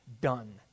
done